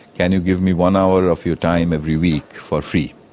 can you give me one hour of your time every week for free?